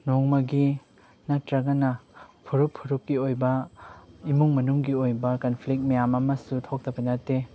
ꯅꯣꯡꯃꯒꯤ ꯅꯠꯇ꯭ꯔꯒꯅ ꯐꯨꯔꯨꯞ ꯐꯨꯔꯨꯞꯀꯤ ꯑꯣꯏꯕ ꯏꯃꯨꯡ ꯃꯅꯨꯡꯒꯤ ꯑꯣꯏꯕ ꯀꯟꯐ꯭ꯂꯤꯛ ꯃꯌꯥꯝ ꯑꯃꯁꯨ ꯊꯣꯛꯇꯕ ꯅꯠꯇꯦ